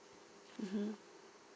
mm